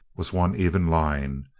was one even line.